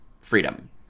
freedom